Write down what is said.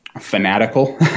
fanatical